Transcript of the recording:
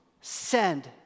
send